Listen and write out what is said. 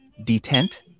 detent